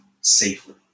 safely